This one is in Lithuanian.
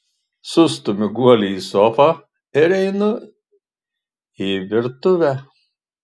sustumiu guolį į sofą ir einu į virtuvę